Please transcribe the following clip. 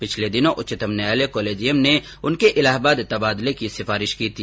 पिछले दिनों उच्चतम न्यायालय कोलेजियम ने उनके इलाहाबाद तबादले की सिफारिश की थी